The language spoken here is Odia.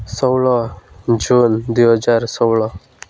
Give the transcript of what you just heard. ଷୋହଳ ଜୁନ୍ ଦୁଇହଜାର ଷୋହଳ